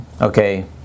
okay